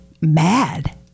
mad